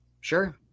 sure